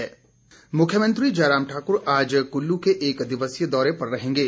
मुख्यमंत्री मुख्यमंत्री जयराम ठाकुर आज कुल्लू के एकदिवसीय दौरे पर रहेंगे